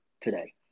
today